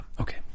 Okay